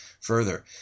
further